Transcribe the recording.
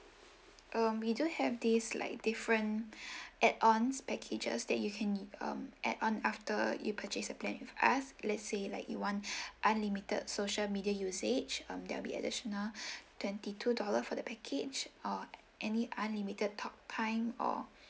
um we do have this like different add ons packages that you can um add on after you purchase your plan with us let's say like you want unlimited social media usage um that'll be additional twenty two dollar for the package or any unlimited talk time or